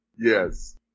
Yes